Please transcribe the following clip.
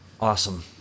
Awesome